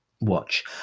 watch